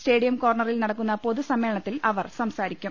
stadium കോർണറിൽ നടക്കുന്ന പൊതുസമ്മേളനത്തിൽ അവർ സംസാരിക്കും